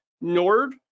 NORD